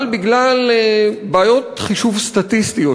אבל בגלל בעיות חישוב סטטיסטיות,